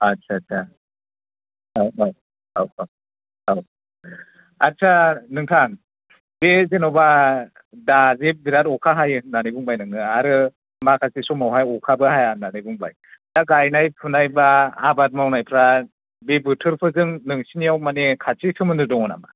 आत्सा सा औ औ औ औ औ आत्सा नोंथां बे जेनेबा दाजे बिराद अखा हायो होननानै बुंबाय नोङो आरो माखासे समावहाय अखाबो हाया होननानै बुंबाय दा गायनाय फुनाय बा आबाद मावनायफ्रा बे बोथोरफोरजों नोंसिनियाव माने खाथि सोमोन्दो दङ नामा